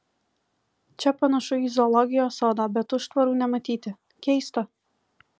čia panašu į zoologijos sodą bet užtvarų nematyti keista